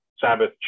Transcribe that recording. Sabbath